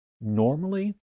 Normally